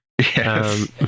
Yes